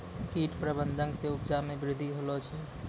कीट प्रबंधक से उपजा मे वृद्धि होलो छै